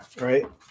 right